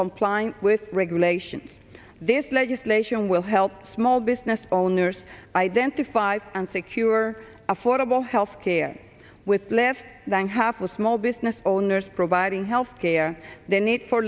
complying with regulations this legislation will help small business owners identify and secure affordable health care with less than half of small business owners providing health care they need for